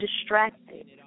distracted